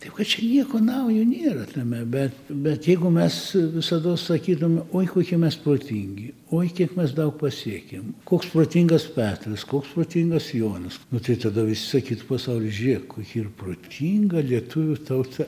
tai kad čia nieko naujo nėra tame bet bet jeigu mes visados sakytume oi kokie mes protingi oi kiek mes daug pasiekėm koks protingas petras koks protingas jonas nu tai tada visai kit pasaulis žiūrėk kokia yr protinga lietuvių tauta